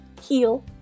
heal